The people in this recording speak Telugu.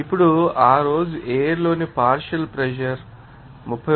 ఇప్పుడు ఆ రోజు ఎయిర్ లోని పార్షియల్ ప్రెషర్ 31